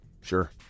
Sure